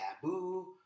taboo